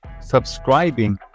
subscribing